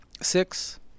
Six